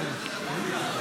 תודה רבה.